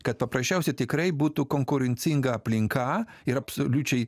kad paprasčiausiai tikrai būtų konkurencinga aplinka ir absoliučiai